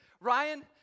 Ryan